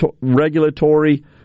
regulatory